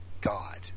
god